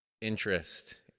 interest